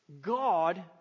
God